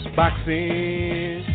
boxing